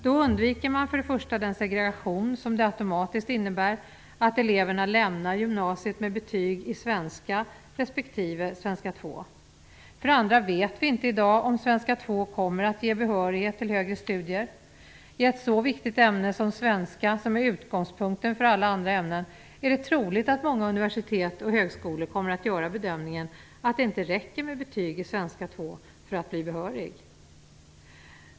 Då undviker man för det första den segregation som det automatiskt innebär att elever lämnar gymnasiet med betyg i svenska respektive svenska 2. För det andra vet vi inte i dag om svenska 2 kommer att ge behörighet till högre studier. I ett så viktigt ämne som svenska, som är utgångspunkten för alla andra ämnen, är det troligt att många universitet och högskolor kommer att göra bedömningen att det inte räcker med betyg i svenska 2 för att bli behörig.